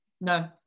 No